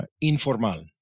informal